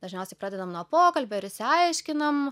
dažniausiai pradedam nuo pokalbio ir išsiaiškinam